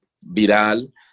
viral